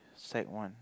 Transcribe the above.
sec one